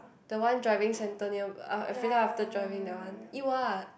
the one driving centre near uh everytime after driving that one eat what